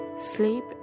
Sleep